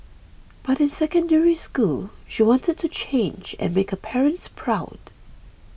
but in Secondary School she wanted to change and make her parents proud